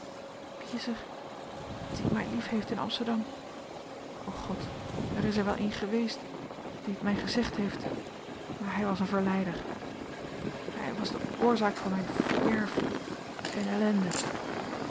die mij liefheeft in amsterdam o god er is wel een geweest die het mij gezegd heeft maar hij was een verleider hij was de oorzaak van mijn verderf en ellende